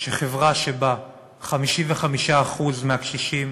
שחברה שבה 55% מהקשישים